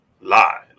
lie